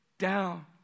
down